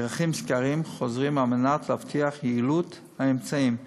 נערכים סקרים חוזרים על מנת להבטיח את יעילות האמצעים,